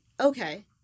Okay